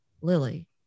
Lily